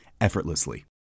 effortlessly